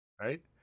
Right